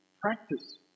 practice